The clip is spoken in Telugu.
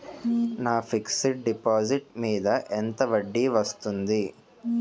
నా ఫిక్సడ్ డిపాజిట్ మీద ఎంత వడ్డీ వస్తుంది?